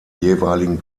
jeweiligen